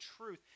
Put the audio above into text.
truth